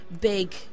big